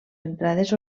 entrades